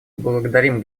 благодарим